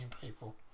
people